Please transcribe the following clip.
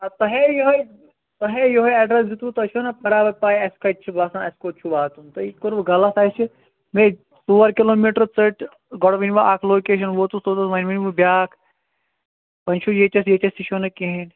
تۄہی یُہے تۄہی یُہے ایٚڈرس دِتوُ تۄہہِ چھُنا برابر پاے أس کَتہِ چھِ بسان اَسہِ کوٛت چھُ واتُن تۄہہِ کوروٕ غلط اَسہِ میٚیہِ ژور کِلومیٖٹر ژٔٹۍ گۄڑٕ ؤنوٕ اکھ لوکیشن ووتُس توٚتن وۄنۍ ؤنوٕ بیاکھ وۄنۍ چھِو ییٚتیٚتھ ییٚتیٚتھ تہِ چھِو نہٕ کِہنۍ